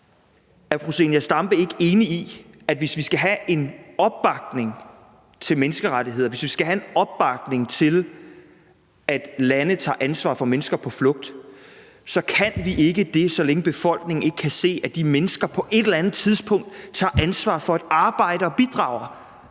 Er fru Zenia Stampe ikke enig i, at hvis vi skal have en opbakning til menneskerettigheder, og hvis vi skal have en opbakning til, at lande tager ansvar for mennesker på flugt, så kan vi ikke det, så længe befolkningen ikke kan se, at de mennesker på et eller andet tidspunkt tager ansvar for at arbejde og bidrager?